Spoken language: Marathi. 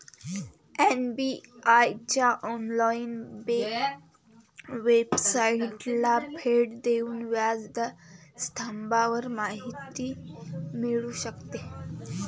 एस.बी.आए च्या ऑनलाइन वेबसाइटला भेट देऊन व्याज दर स्तंभावर माहिती मिळू शकते